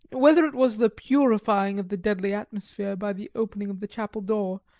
whether it was the purifying of the deadly atmosphere by the opening of the chapel door,